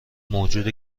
موجود